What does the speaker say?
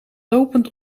lopend